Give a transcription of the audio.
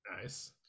Nice